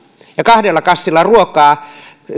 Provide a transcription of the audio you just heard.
ja kahdella kassilla ruokaa